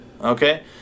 Okay